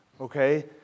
okay